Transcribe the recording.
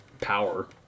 power